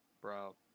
bro